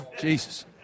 Jesus